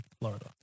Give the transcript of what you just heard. Florida